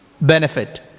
benefit